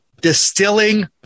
distilling